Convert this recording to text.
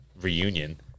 reunion